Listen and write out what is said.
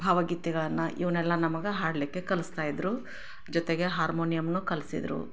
ಭಾವಗೀತೆಗಳನ್ನು ಇವನ್ನೆಲ್ಲ ನಮಗೆ ಹಾಡಲಿಕ್ಕೆ ಕಲಿಸ್ತಾ ಇದ್ದರು ಜೊತೆಗೆ ಹಾರ್ಮೋನಿಯಂನೂ ಕಲಿಸಿದ್ರು